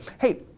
Hey